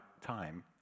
time